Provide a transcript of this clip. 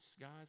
guys